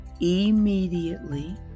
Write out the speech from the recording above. immediately